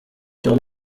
cyo